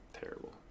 Terrible